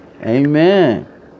Amen